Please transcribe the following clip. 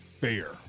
fair